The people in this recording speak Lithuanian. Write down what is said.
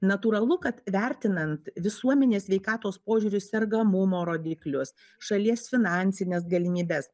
natūralu kad vertinant visuomenės sveikatos požiūriu sergamumo rodiklius šalies finansines galimybes